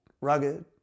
rugged